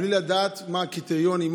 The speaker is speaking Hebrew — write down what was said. בלי לדעת מה הקריטריונים,